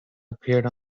appeared